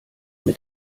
mit